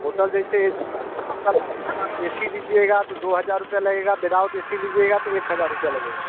hotel देखिए A C वाले होंगे ना ए सी लीजिएगा तो दो हज़ार रुपये लगेगा विदाउट ऐ सी लीजिएगा तो एक हज़ार रुपये लगेगा